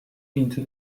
into